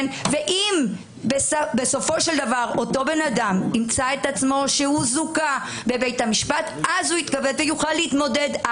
אם בסופו של דבר אותו אדם זוכה בבית המשפט אז יוכל להתמודד.